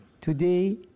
Today